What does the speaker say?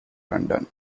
london